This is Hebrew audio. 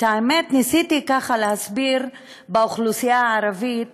האמת, ניסיתי ככה להסביר באוכלוסייה הערבית